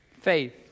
Faith